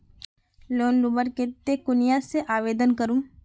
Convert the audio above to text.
Loan लुबार केते कुनियाँ से आवेदन करूम?